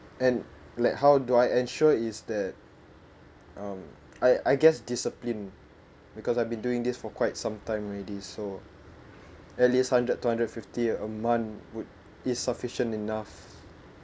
and like how do I ensure is that um I I guess discipline because I've been doing this for quite some time already so at least hundred to hundred fifty a month would is sufficient enough